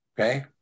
okay